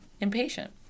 impatient